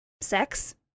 sex